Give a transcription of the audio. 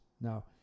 Now